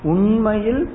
Unmail